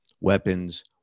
weapons